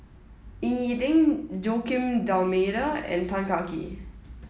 Ying E Ding Joaquim D'almeida and Tan Kah Kee